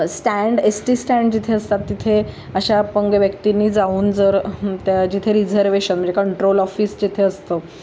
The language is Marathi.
स्टँड एस टी स्टँड जिथे असतात तिथे अशा अपंग व्यक्तींनी जाऊन जर त्या जिथे रिझर्वेशन म्हणजे कंट्रोल ऑफिस जिथे असतं